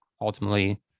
ultimately